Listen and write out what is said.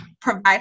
provide